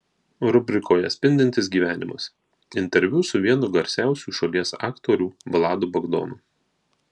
rubrikoje spindintis gyvenimas interviu su vienu garsiausių šalies aktorių vladu bagdonu